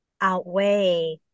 outweigh